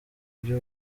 buryo